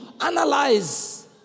analyze